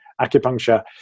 Acupuncture